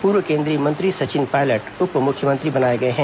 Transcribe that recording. पूर्व केंद्रीय मंत्री सचिन पायलट उप मुख्यमंत्री बनाए गए हैं